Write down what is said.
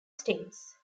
states